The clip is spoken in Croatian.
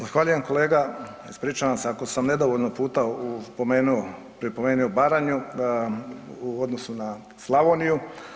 Zahvaljujem kolega, ispričavam se ako sam nedovoljno puta u spomenuo, pripomenuo Baranju u odnosu na Slavoniju.